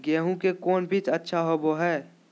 गेंहू के कौन बीज अच्छा होबो हाय?